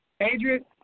Adrian